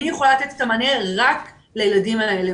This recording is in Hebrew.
היא יכולה לתת את המענה רק לילדים האלה.